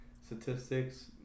Statistics